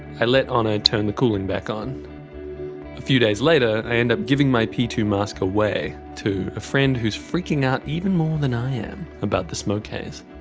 i let honor turn the cooling back on. a few days later i end up giving my p two mask away to a friend who is freaking out even more than i am about the smoke haze.